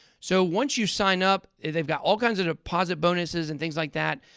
so, once you sign up, they've got all kinds of deposit bonuses and things like that.